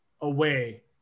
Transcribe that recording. away